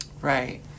Right